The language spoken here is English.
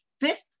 Fifth